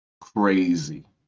Crazy